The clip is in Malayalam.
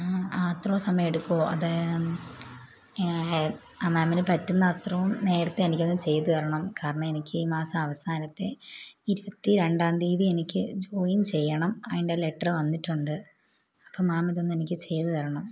അ അത്രയും സമയമെടുക്കുമോ അത് മാമിന് പറ്റുന്ന അത്രയും നേരത്തെ എനിക്കൊന്ന് ചെയ്തു തരണം കാരണം എനിക്ക് ഈ മാസം അവസാനത്തെ ഇരുപത്തിരണ്ടാം തീയ്യതി എനിക്ക് ജോയിൻ ചെയ്യണം അതിൻ്റെ ലെറ്ററ് വന്നിട്ടുണ്ട് അപ്പം മാമിതൊന്നെനിക്ക് ചെയ്ത് തരണം